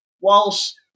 Whilst